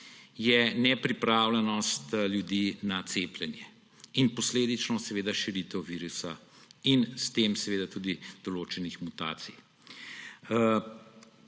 je nepripravljenost ljudi na cepljenje in posledično širitev virusa ter s tem tudi določenih mutacij.